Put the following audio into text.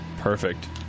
Perfect